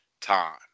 time